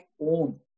own